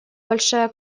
большая